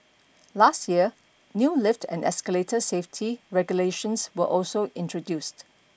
last year new lift and escalator safety regulations were also introduced